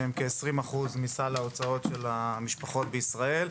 שהן כ-20% מסל ההוצאות של המשפחות בישראל.